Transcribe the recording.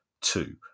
two